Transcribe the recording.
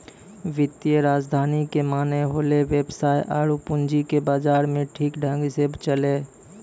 वित्तीय राजधानी के माने होलै वेवसाय आरु पूंजी के बाजार मे ठीक ढंग से चलैय